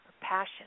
passion